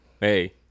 hey